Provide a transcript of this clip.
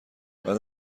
بعد